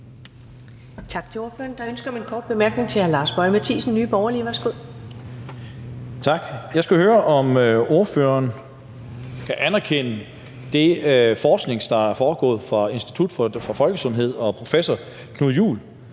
Tak til ordføreren. Der er ønske om en kort bemærkning fra hr. Lars Boje Mathiesen, Nye Borgerlige. Værsgo. Kl. 15:12 Lars Boje Mathiesen (NB): Tak. Jeg skal høre, om ordføreren kan anerkende den forskning, der er foregået ved Institut for Folkesundhed, og professor Knud Juel,